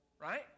right